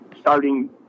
starting